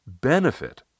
benefit